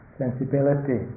sensibility